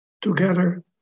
together